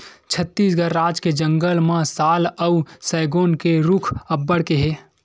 छत्तीसगढ़ राज के जंगल म साल अउ सगौन के रूख अब्बड़ के हे